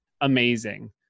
amazing